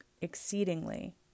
exceedingly